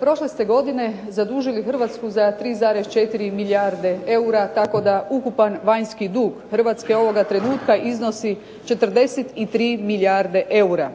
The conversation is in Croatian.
Prošle ste godine zadužili Hrvatsku za 3,4 milijarde eura tako da ukupan vanjski dug Hrvatske ovoga trenutka iznosi 43 milijarde eura.